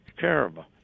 terrible